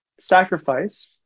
Sacrifice